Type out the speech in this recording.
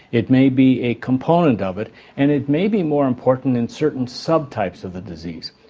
it may be a component of it and it may be more important in certain sub-types of the disease.